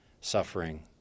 suffering